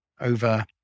over